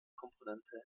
komponente